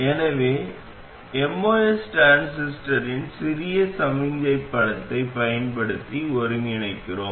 எனவே MOS டிரான்சிஸ்டரின் சிறிய சமிக்ஞை படத்தைப் பயன்படுத்தி ஒருங்கிணைக்கிறோம்